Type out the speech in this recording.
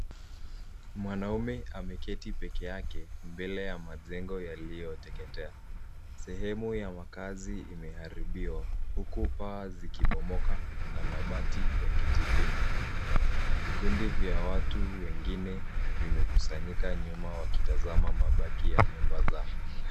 Mwanaume ameketi peke yake mbele ya majengo yaliyo teketea. Sehemu ya makazi imeharibiwa huku paa zikibomoka na mabati yakijipinda. Vikundi vya watu wengine vimekusanyika nyuma wakitazama mabaki ya nyumba zao.